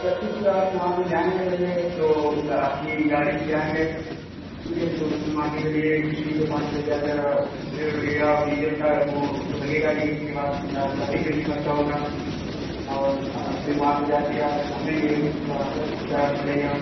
सब कुछ आप वहाँ पर जाएँगे पहले तो अपनी गाड़ी से जाएँगे आप ठीक है तो उसमें मान के चलिए कुछ नहीं तो पाँच छः हज़ार का पेट्रोल लगेगा और डीजल का वे तो लगेगा ही उसके बाद गाड़ी पर जो ख़र्चा होगा और फिर वहाँ पर जाकर आप घूमेंगे उसका अलग चार्ज पड़ेगा